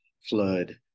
flood